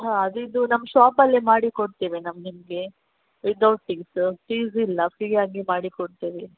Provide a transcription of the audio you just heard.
ಹಾಂ ಅದು ಇದು ನಮ್ಮ ಶಾಪಲ್ಲೇ ಮಾಡಿ ಕೊಡ್ತೇವೆ ನಾವು ನಿಮಗೆ ವಿದೌಟ್ ಫೀಸ್ ಫೀಸ್ ಇಲ್ಲ ಫ್ರೀ ಆಗಿ ಮಾಡಿ ಕೊಡ್ತೇವೆ